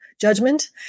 judgment